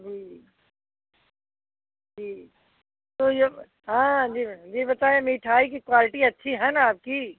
जी जी तो ए हाँ जी मैडम जी बताइए मिठाई की क्वालिटी अच्छी है ना आपकी